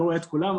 לא רואה את כולם,